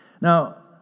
Now